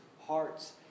hearts